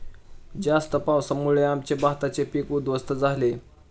जास्त पावसामुळे आमचे भाताचे पीक उध्वस्त झाले